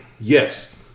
Yes